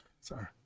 sorry